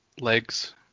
legs